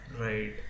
right